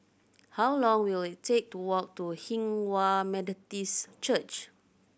how long will it take to walk to Hinghwa Methodist Church